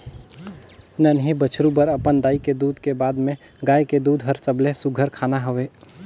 नान्हीं बछरु बर अपन दाई के दूद के बाद में गाय के दूद हर सबले सुग्घर खाना हवे